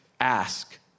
ask